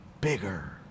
bigger